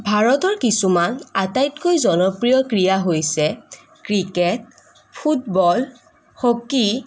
ভাৰতৰ কিছুমান আটাইতকৈ জনপ্ৰিয় ক্ৰীড়া হৈছে ক্ৰিকেট ফুটবল হকি